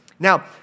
Now